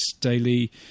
daily